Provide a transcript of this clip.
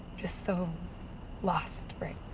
just so lost right